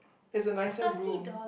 it's a nicer room